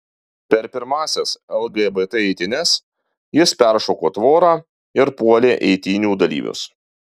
per pirmąsias lgbt eitynes jis peršoko tvorą ir puolė eitynių dalyvius